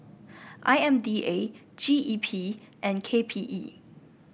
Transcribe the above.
I M D A G E P and K P E